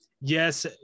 yes